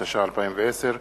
התש"ע 2010,